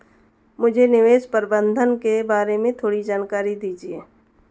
मुझे निवेश प्रबंधन के बारे में थोड़ी जानकारी दीजिए